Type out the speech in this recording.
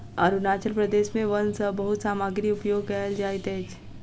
अरुणाचल प्रदेश के वन सॅ बहुत सामग्री उपयोग कयल जाइत अछि